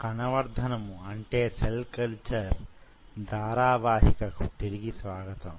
కణవర్ధనము అంటే cell culture ధారావాహికకు తిరిగి స్వాగతం